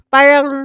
Parang